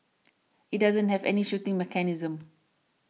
it doesn't have any shooting mechanism